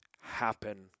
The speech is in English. happen